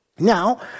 Now